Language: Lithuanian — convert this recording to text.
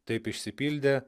taip išsipildė